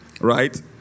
Right